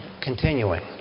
continuing